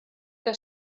que